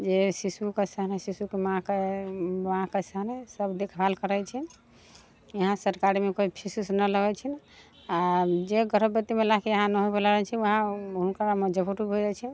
जे शिशु कैसन हइ शिशुके माँके माँ कैसन हइ सभ देखभाल करैत छै इहाँ सरकारीमे कोइ फीस ऊस नहि लगैत छै आ जे गर्भवती महिलाकेँ इहाँ नहि होइवला रहैत छै उहाँ हुनकरामे जे हो जाइत छै